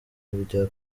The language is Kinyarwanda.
bya